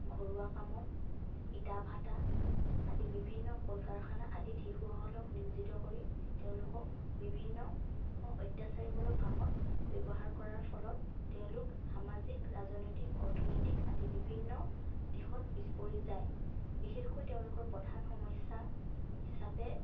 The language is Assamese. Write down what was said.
ঘৰুৱা কামত ইটা ভাটা আদি বিভিন্ন কল কাৰষানা আদিত শিশুসকলক নিয়োজিত কৰি তেওঁলোকক বিভিন্ন অত্যাচাৰীমূলক কামত ব্যৱহাৰ কৰাৰ ফলত তেওঁলোক সামাজিক ৰাজনৈতিক অৰ্থনৈতিক আদি বিভিন্ন দিশত পিছ পৰি যায় বিশেষকৈ তেওঁলোকৰ প্ৰধান সমস্যা হিচাপে